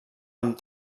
amb